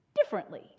differently